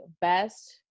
best